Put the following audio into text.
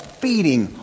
feeding